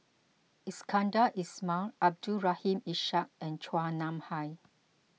Iskandar Ismail Abdul Rahim Ishak and Chua Nam Hai